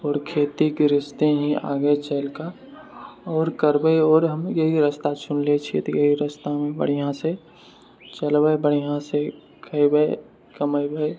आओर खेती गृहस्थी ही आगे चलिकऽ आओर करबै आओर हम इएह रस्ता चुनलै छिए तऽ एहि रस्तामे बढ़िआँ छै चलबै बढ़िआँसँ खेबै कमेबै